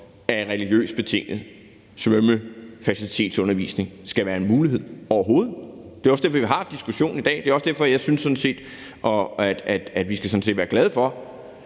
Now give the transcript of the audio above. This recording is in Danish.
at religiøst betinget svømmeundervisning skal være en mulighed, overhovedet ikke, og det er også derfor, vi har diskussionen i dag. Det er også derfor, jeg synes, at vi skal være glade for